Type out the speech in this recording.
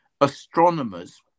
astronomers